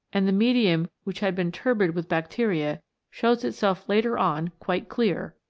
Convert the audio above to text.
and the medium which had been turbid with bacteria shows itself later on quite clear,